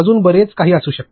अजून बरेच काही असू शकते